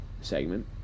segment